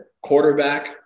quarterback